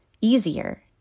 easier